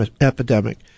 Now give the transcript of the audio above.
epidemic